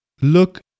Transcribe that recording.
look